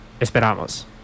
Esperamos